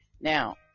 Now